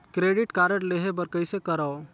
Credit card लेहे बर कइसे करव?